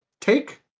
take